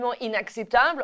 inacceptable